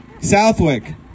Southwick